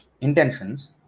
intentions